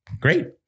Great